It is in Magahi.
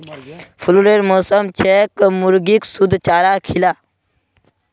फ्लूरेर मौसम छेक मुर्गीक शुद्ध चारा खिला